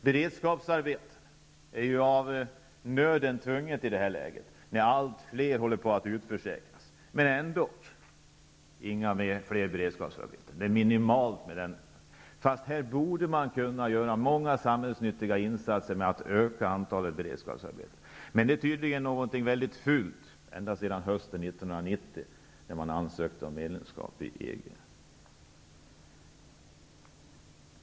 Beredskapsarbete är av nöden tvunget i detta läge, när allt fler utförsäkras. Men ändå skapar man inga fler beredskapsarbeten. Här satsar man minimalt fastän man borde kunna göra många samhällsnyttiga insatser genom att öka antalet beredskapsarbeten. Men det är tydligen någonting mycket fult, och det har det varit ända sedan hösten 1990, då man ansökte om medlemskap i EG.